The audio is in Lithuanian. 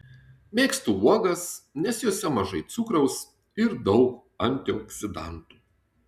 mėgstu uogas nes jose mažai cukraus ir daug antioksidantų